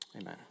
Amen